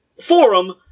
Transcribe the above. forum